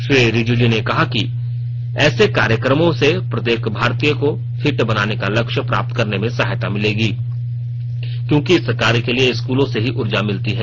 श्री रिजिजू ने कहा कि ऐसे कार्यक्रमों से प्रत्येक भारतीय को फिट बनाने का लक्ष्य प्राप्त करने में सहायता मिलेगी क्योंकि इस कार्य के लिए स्कूलों से ही ऊर्जा मिलती है